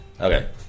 Okay